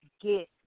get